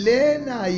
Lena